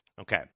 Okay